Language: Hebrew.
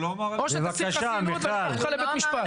או שתסיר חסינות ואני אקח אותך לבית משפט.